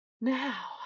Now